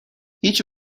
هیچ